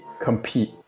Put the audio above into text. compete